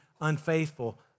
unfaithful